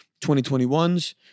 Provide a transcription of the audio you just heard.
2021s